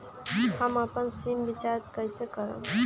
हम अपन sim recharge कइसे करम?